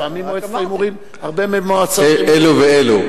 לפעמים מועצת ההימורים, הרבה מהמועצות, אלו ואלו.